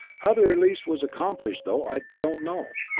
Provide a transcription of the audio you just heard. how the release was accomplished, though, i don't know.